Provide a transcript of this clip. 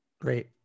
Great